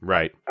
Right